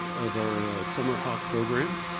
of our summer talk program.